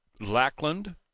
Lackland